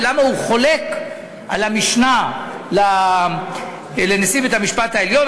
ולמה הוא חולק על המשנה לנשיא בית-המשפט העליון,